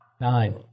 Nine